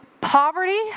poverty